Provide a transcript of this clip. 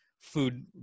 food